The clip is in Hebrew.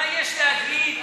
מה יש להגיד?